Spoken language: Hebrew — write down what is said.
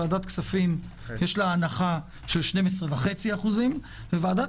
לוועדת כספים יש הנחה של 12.5%. ועדת